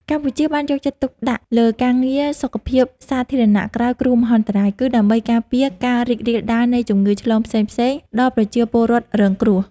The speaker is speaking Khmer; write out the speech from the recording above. កម្ពុជាបានយកចិត្តទុកដាក់លើការងារសុខភាពសាធារណៈក្រោយគ្រោះមហន្តរាយ គឺដើម្បីការពារការរីករាលដាលនៃជំងឺឆ្លងផ្សេងៗដល់ប្រជាពលរដ្ឋរងគ្រោះ។